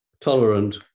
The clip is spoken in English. tolerant